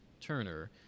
Turner